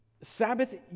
Sabbath